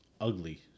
ugly